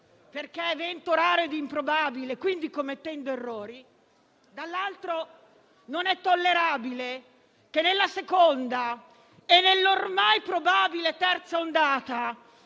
perché evento raro e improbabile, quindi commettendo errori, dall'altro non è tollerabile che nella seconda e nell'ormai probabile terza ondata,